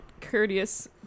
courteous